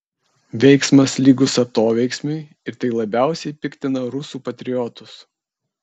veiksmas lygus atoveiksmiui ir tai labiausiai piktina rusų patriotus